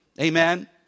Amen